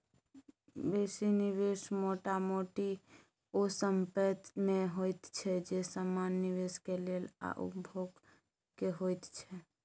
बेसी निवेश मोटा मोटी ओ संपेत में होइत छै जे समान निवेश के लेल आ उपभोग के होइत छै